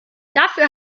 dafür